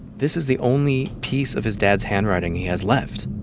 this is the only piece of his dad's handwriting he has left